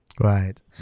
right